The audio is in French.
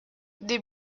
des